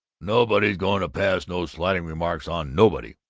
nobody's going to pass no slighting remarks on nobody,